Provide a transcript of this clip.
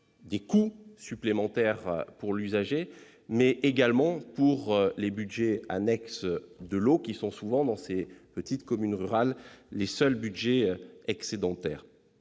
de coûts supplémentaires pour l'usager, mais également pour les budgets annexes de l'eau, qui sont souvent, dans les petites communes rurales, les seuls budgets excédentaires.